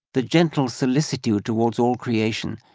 the gentle solicitude towards all creation,